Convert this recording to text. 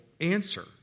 answer